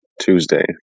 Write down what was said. Tuesday